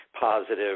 positive